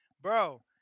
Bro